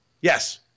Yes